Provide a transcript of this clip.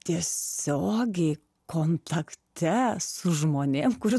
tiesiogiai kontakte su žmonėm kurių